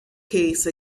case